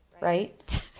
Right